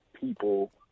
people